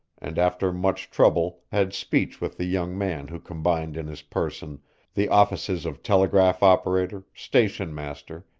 and after much trouble had speech with the young man who combined in his person the offices of telegraph operator, station master,